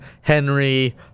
Henry